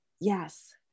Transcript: Yes